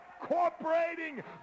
cooperating